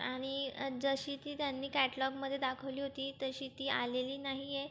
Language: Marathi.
आणि जशी ती त्यांनी कॅटलॉगमधे दाखवली होती तशी ती आलेली नाही आहे